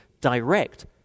direct